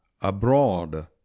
abroad